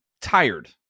tired